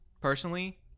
Personally